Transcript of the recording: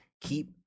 Keep